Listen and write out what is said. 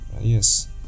Yes